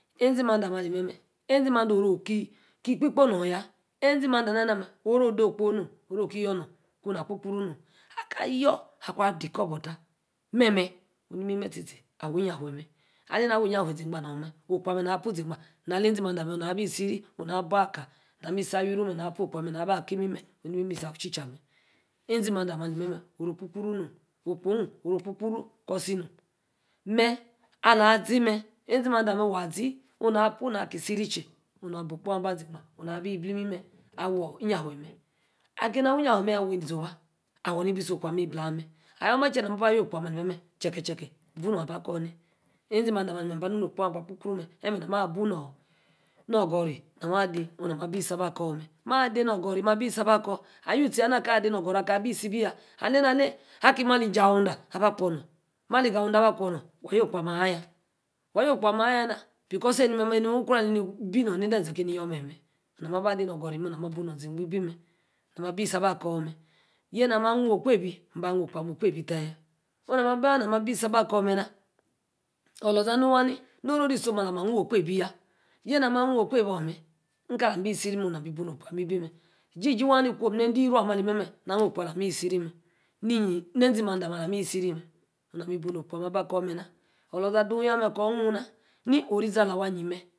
Ezi-momde ameh ali, meh, ezi mande oru oliki, kpekpo, nor, yaa, ezi mande ana ali nameh oru, odo-okpo nom, oru oki yor, ku na kpokpo- ru, nom, aka-ayor, aku ade koboh ta, memeh nimi-tietie, awu iyanfe, meh, aleni awu iyanfe zee-gba nor meh okpo, ameh na abu zee-gba, aley-ezi mande ameh, na abi siri na. abaka, nami sir-awi-ru, meh okpo ameh na-awa-ki imimeh neni sa-waa ichicha, ezi mande amah, ali meh, oru, kpo-kporu nom, okpo, oh aru, okpo-kporu, nomeh, kor-si meh, ali zi meh ezi mande ameh waa-zi, oh na puu n ki siriy che, oh na abo-okpo-oh aba zee-gba, eblimi-meh, awi-iyanfe meh, aka nemi awi-iyanfe ama, yaa, woyie nize owa? orr nebi isi okpo ibla-meh, ayor ma che ne-bua ba ayo-okpo ameh che-che ibu nor aba korni ezi mande, mba awu no-okpo-eh-agba-kpo-kporu meh, emeh nam aba bua noh nor-ogori, na ma ade oh nama abi-isi abah, kor meh, maa ade nor ogori, ma bisi aba akor, ayu-tie yaa, naka, ade nor-ogori. aka besi-bi yaa, aley, na-aley aki madi jaweda aba kwo nor, aki ma li, jawuda aba kwo nor, waa noh okpo, amayaa, waa yia okpo, ama ayaa nah, because ami meh, ukro aleni beno ne-de-ezee, keni yor memeh, nam ma aba ade, nor-ogori, oh nami, ibu nor, ze-gba ebi meh, na ma bisi baa kor, meh yena ma onu okpebi, mba am-oh-okpo, ameh okpebi, tayaa, oh nam, ma ba-isiaba kor meh na, awor, olor-za waa nu waa norori isom alah, ami bamu okpebi yaa, yenaa ma amu, okpebi orr meh. Nka lami-si nu, nameh, nami ibu no-okpo amer ebi mer, jiji-waa, ni kwom, nede-hie-ruu ali mek-meh na no-okpo, alah meh isi ri mer, izee mande aba kor meh na, olor sa du yaa meh, kor nu na, ni orizi awor ayie, mer